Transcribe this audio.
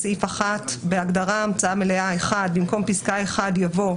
התשכ"ז-1967 בסעיף 1 - בהגדרה "המצאה מלאה" במקום פסקה (1) יבוא: